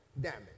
damage